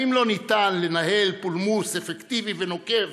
האם לא ניתן לנהל פולמוס אפקטיבי ונוקב